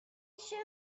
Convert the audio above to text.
chemin